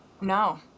No